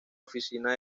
oficina